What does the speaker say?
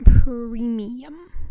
premium